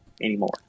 anymore